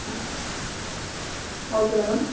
ಹಾಂ okay madam